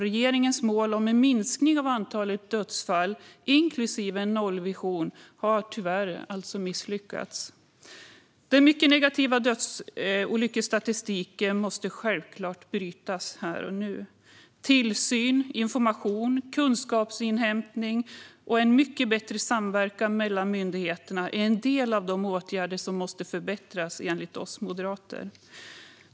Regeringens mål om en minskning av antalet dödsfall inklusive en nollvision har tyvärr misslyckats. Den mycket negativa dödsolycksstatistiken måste brytas här och nu. Tillsyn, information, kunskapsinhämtning och mycket bättre samverkan mellan myndigheter är en del av de åtgärder som måste förbättras, enligt oss moderater.